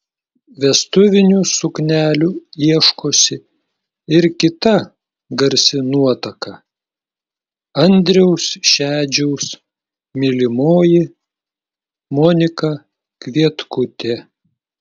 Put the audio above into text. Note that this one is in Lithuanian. vestuvinių suknelių ieškosi ir kita garsi nuotaka andriaus šedžiaus mylimoji monika kvietkutė